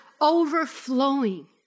overflowing